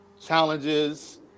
challenges